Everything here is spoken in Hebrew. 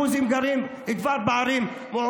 זוגות דרוזים שכבר גרים בערים מעורבות,